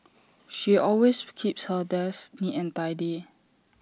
she always keeps her desk neat and tidy